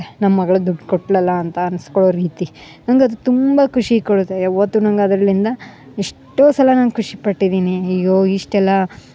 ನಮ್ಮ ಮಗಳು ದುಡ್ಡು ಕೊಟ್ಳಲ್ಲ ಅಂತ ಅನ್ಸ್ಕೊಳ್ಳೋ ರೀತಿ ನಂಗ ಅದು ತುಂಬ ಖುಷಿ ಕೊಡುತ್ತೆ ಯಾವತ್ತು ನಂಗ ಅದ್ರಲಿಂದ ಎಷ್ಟೋ ಸಲ ನಾನು ಖುಷಿ ಪಟ್ಟಿದ್ದೀನಿ ಅಯ್ಯೋ ಇಷ್ಟೆಲ್ಲ ಹೀಗೆಲ್ಲ